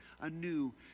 anew